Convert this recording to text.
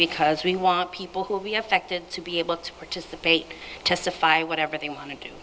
because we want people who will be affected to be able to participate testify whatever they want to do